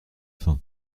faim